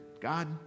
God